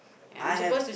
I have